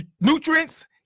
nutrients